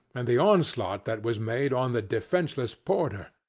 and the onslaught that was made on the defenceless porter!